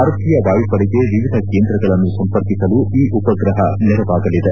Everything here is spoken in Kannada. ಭಾರತೀಯ ವಾಯುಪಡೆಗೆ ವಿವಿಧ ಕೇಂದ್ರಗಳನ್ನು ಸಂಪರ್ಕಿಸಲು ಈ ಉಪಗ್ರಹ ನೆರವಾಗಲಿದೆ